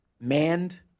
manned